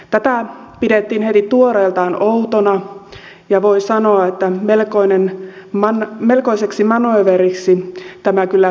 tätä pidettiin heti tuoreeltaan outona ja voi sanoa että melkoiseksi manööveriksi tämä kyllä osoittautuikin